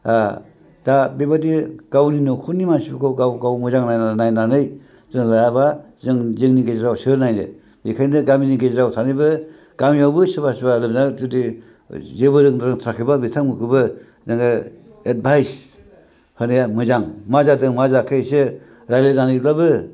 दा बेबायदि गावनि न'खरनि मानसिखौ गाव गाव मोजां नायनानै लायाबा जों जोंनि गेजेराव सोर नायनो बेनिखायनो गामिनि गेजेराव थानानैबो गामियावबो सोरबा सोरबा लोमजानानै जुदि जेबो रोंथ्राखैबा बिथांमोनखौबो नोङो एदभाइस होनाया मोजां मा जादों मा जायाखै एसे रायज्लायनानैबाबो